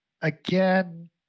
again